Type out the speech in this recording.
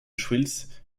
schwytz